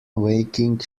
waking